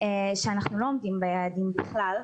שאנחנו לא עומדים ביעדים בכלל.